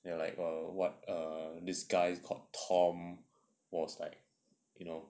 ya like what a this guy called tom was like you know